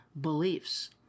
beliefs